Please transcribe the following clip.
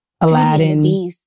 Aladdin